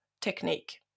technique